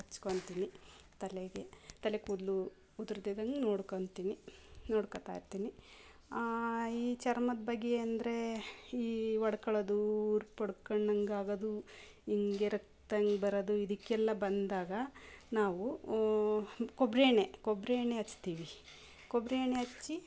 ಹಚ್ಕೊಂತಿನಿ ತಲೆಗೆ ತಲೆ ಕೂದಲು ಉದ್ರದಿದ್ದಂಗೆ ನೋಡ್ಕೊಂತಿನಿ ನೋಡ್ಕೊತ ಇರ್ತೀನಿ ಈ ಚರ್ಮದ ಬಗ್ಗೆ ಅಂದರೆ ಈ ಒಡ್ಕೊಳದು ಆಗೋದು ಹಿಂಗೆ ರಕ್ತ ಹಿಂಗ್ ಬರೋದು ಇದಕ್ಕೆಲ್ಲ ಬಂದಾಗ ನಾವು ಕೊಬ್ಬರಿ ಎಣ್ಣೆ ಕೊಬ್ಬರಿ ಎಣ್ಣೆ ಹಚ್ತಿವಿ ಕೊಬ್ಬರಿ ಎಣ್ಣೆ ಹಚ್ಚಿ